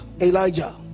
Elijah